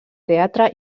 teatre